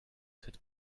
cette